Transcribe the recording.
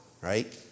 right